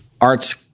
Arts